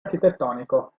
architettonico